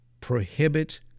prohibit